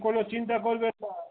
কোনো চিন্তা করবেন না